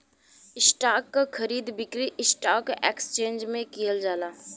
stock क खरीद बिक्री स्टॉक एक्सचेंज में किहल जाला